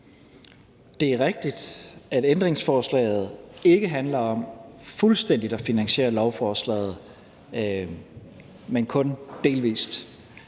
Det er rigtigt, at ændringsforslaget ikke handler om fuldstændig at finansiere lovforslaget, men kun delvist